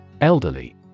Elderly